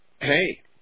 hey